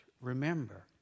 remember